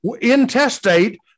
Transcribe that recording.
intestate